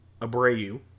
Abreu